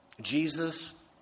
Jesus